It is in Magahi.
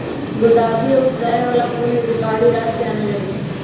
गुलदाऊदी एगो सजाबे बला फूल हई, जे बाहरी राज्य से आनल जाइ छै